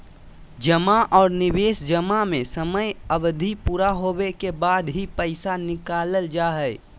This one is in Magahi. जमा आर निवेश जमा में समय अवधि पूरा होबे के बाद ही पैसा निकालल जा हय